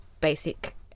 basic